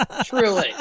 Truly